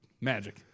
Magic